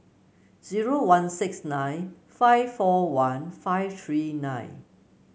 zero one six nine five four one five three nine